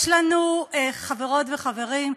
יש לנו, חברות וחברים,